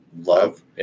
love